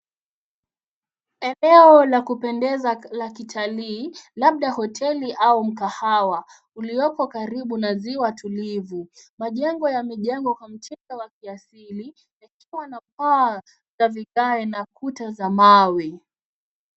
Eneo la kupendeza la kitalii, labda hoteli au mkahawa uliopo karibu na ziwa tulivu. Majengo yamejengwa kwa mtindo wa kiasili yakiwa na paa za vigae na kuta za mawe.